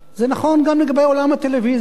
זה נכון גם לגבי עולם הטלוויזיה.